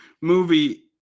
movie